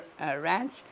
ranch